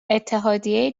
اتحادیه